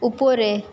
উপরে